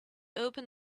open